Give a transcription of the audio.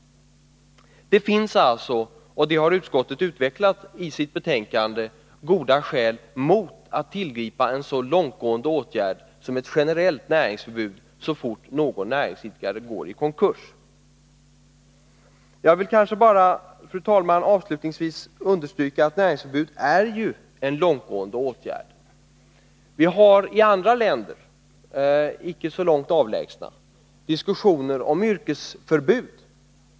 Det finns alltså — och det har utskottet utvecklat i sitt betänkande — goda skäl mot att tillgripa en så långtgående åtgärd som ett generellt näringsförbud så fort någon näringsidkare går i konkurs. Avslutningsvis, fru talman, vill jag understryka att näringsförbud är en långtgående åtgärd. Vi har i andra länder — icke så långt avlägsna — diskussioner om yrkesförbud.